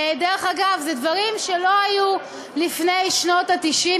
דרך אגב, אלה דברים שלא היו לפני שנות ה-90.